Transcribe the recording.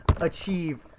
achieve